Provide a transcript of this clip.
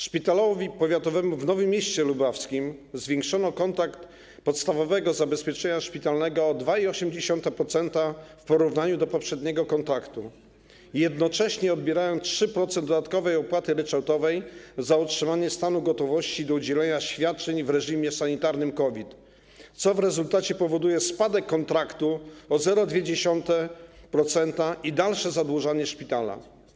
Szpitalowi powiatowemu w Nowym Mieście Lubawskim zwiększono kontrakt podstawowego zabezpieczenia szpitalnego o 2,8% w porównaniu z poprzednim kontraktem, jednocześnie odbierając 3% dodatkowej opłaty ryczałtowej za utrzymanie stanu gotowości do udzielania świadczeń w reżimie sanitarnym COVID, co w rezultacie powoduje spadek kontraktu o 0,2% i dalsze zadłużanie szpitala.